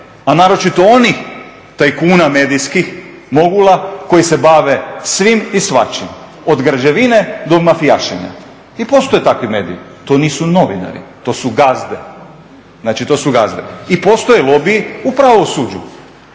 a naročito onih tajkuna medijskih, … koji se bave svim i svačim. Od građevine do mafijašenja. I postoje takvi mediji, to nisu novinari, to su gazde. Znači, to su gazde. I postoje … u pravosuđu,